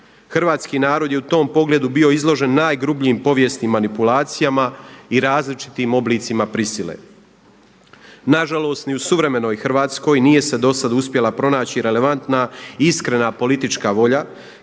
Hrvatski narod je u tom pogledu bio izložen najgrubljim povijesnim manipulacijama i različitim oblicima prisile. Na žalost ni u suvremenoj Hrvatskoj nije se do sad uspjela pronaći relevantna i iskrena politička volja